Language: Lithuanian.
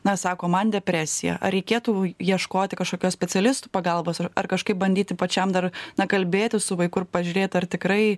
na sako man depresija ar reikėtų ieškoti kažkokios specialistų pagalbos ar kažkaip bandyti pačiam dar na kalbėti su vaiku ir pažiūrėt ar tikrai